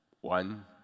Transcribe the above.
one